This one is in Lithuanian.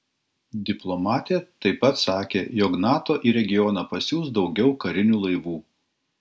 diplomatė taip pat sakė jog nato į regioną pasiųs daugiau karinių laivų